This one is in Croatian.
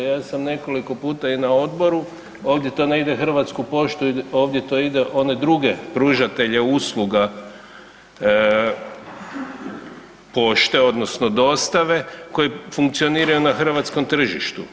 Ja sam nekoliko puta i na odboru, ovdje to ne ide Hrvatsku poštu, ovdje to ide one druge pružatelje usluga pošta odnosno dostave koji funkcioniraju na hrvatskom tržištu.